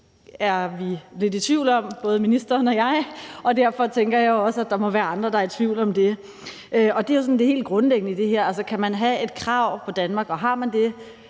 og jeg lidt i tvivl om, og derfor tænker jeg jo også, at der må være andre, der er i tvivl om det. Det er jo sådan det helt grundlæggende i det her. Altså, kan man stille et krav til Danmark, og stiller man det